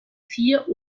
vier